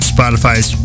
Spotify's